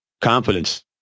confidence